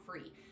free